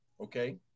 okay